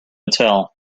tell